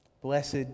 Blessed